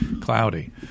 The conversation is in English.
cloudy